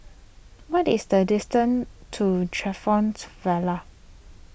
what is the distance to Vale